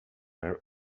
err